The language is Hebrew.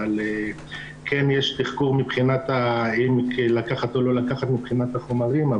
אבל כן יש תחקור אם לקחת או לא לקחת מבחינת החומרים.